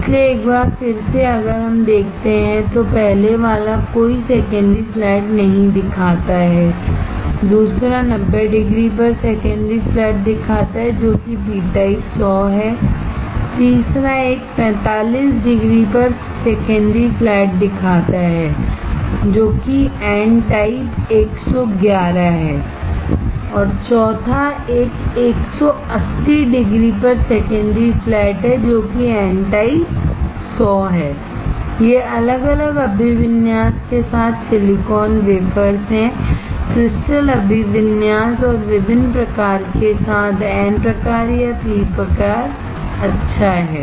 इसलिए एक बार फिर से अगर हम देखते हैं तो पहले वाला कोई सेकेंडरी फ्लैट नहीं दिखाता है दूसरा 90 डिग्री पर सेकेंडरी फ्लैट दिखाता है जो कि पी टाइप 100 है तीसरा एक 45 डिग्री पर सेकेंडरी फ्लैट दिखाता है जो कि एन टाइप 111 है चौथा एक 180 डिग्री पर सेकेंडरी फ्लैट है जो कि एन टाइप 100 है ये अलग अलग अभिविन्यास के साथ सिलिकॉन वेफर्स हैं क्रिस्टल अभिविन्यास और विभिन्न प्रकार के साथ एन प्रकार या पी प्रकार अच्छा है